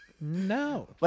No